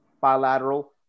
bilateral